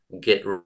get